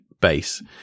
base